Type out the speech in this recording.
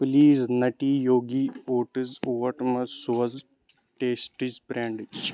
please nutty Yogi oats oat مٔہ سوز ٹیسٹٕچ برینٛڈٕچ